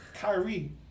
Kyrie